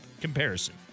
comparison